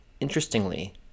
Interestingly